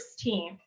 16th